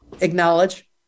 acknowledge